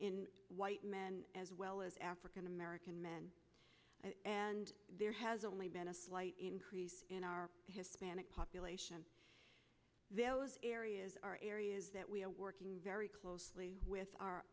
in white men as well as african american men and there has only been a slight increase in our hispanic population those areas are areas that we are working very closely with our